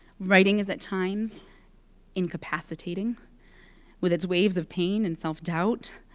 writing is at times incapacitating with its waves of pain and self-doubt,